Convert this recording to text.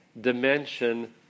dimension